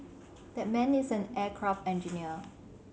that man is an aircraft engineer